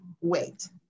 wait